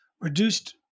reduced